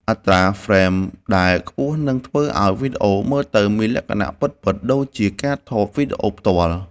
អត្រាហ្វ្រេមដែលខ្ពស់នឹងធ្វើឱ្យវីដេអូមើលទៅមានលក្ខណៈពិតៗដូចជាការថតវីដេអូផ្ទាល់។